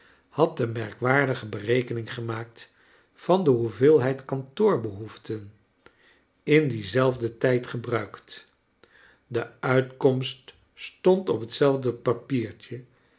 had de merkwaardige berekening gemaakt van de hoeveelheid kantoorbehoeften in dien zelfden tijd gebruikt de uitkomst stond op hetzelfde papiertje